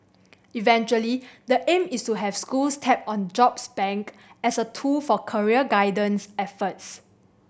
eventually the aim is to have schools tap on the jobs bank as a tool for career guidance efforts